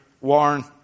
Warren